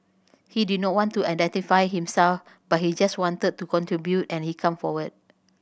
he did not want to identify himself but he just wanted to contribute and he came forward